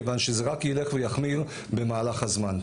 מכיוון שזה רק ילך ויחמיר במהלך הזמן.